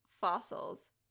fossils